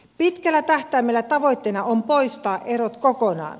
pitkällä tähtäimellä tavoitteena on poistaa erot kokonaan